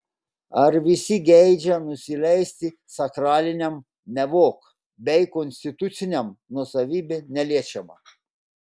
ar visi geidžia nusileisti sakraliniam nevok bei konstituciniam nuosavybė neliečiama